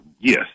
yes